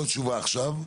לא תשובה עכשיו,